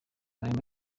warimo